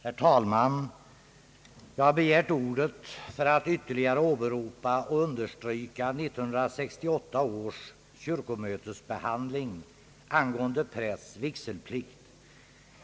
Herr talman! Jag har begärt ordet för att ytterligare åberopa och understryka 1968 års kyrkomötes behandling av frågan om prästs vigselplikt.